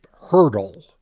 hurdle